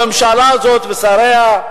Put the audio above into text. הממשלה הזאת ושריה,